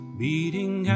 beating